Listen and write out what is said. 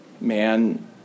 Man